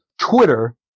Twitter